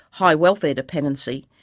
high welfare dependency,